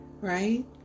right